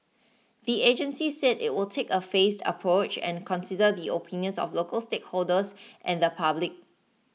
the agency said it will take a phased approach and consider the opinions of local stakeholders and the public